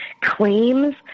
claims